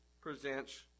presents